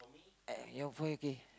eh for you okay